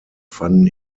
fanden